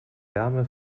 wärme